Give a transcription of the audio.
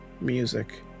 Music